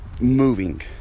moving